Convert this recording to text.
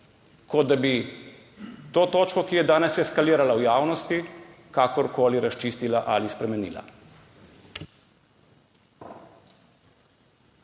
kot da bi to točko, ki je danes eskalirala v javnosti, kakorkoli razčistila ali spremenila.